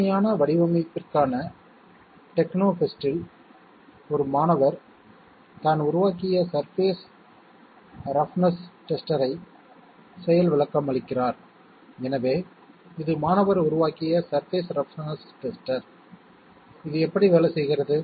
புதுமையான வடிவமைப்பிற்கான டெக்னோ ஃபெஸ்டில் ஒரு மாணவர் தான் உருவாக்கிய சர்பேஸ் ரப்னஸ் டெஸ்டர் ஐ செயல் விளக்கமளிக்கிறார் எனவே இது மாணவர் உருவாக்கிய சர்பேஸ் ரப்னஸ் டெஸ்டர் இது எப்படி வேலை செய்கிறது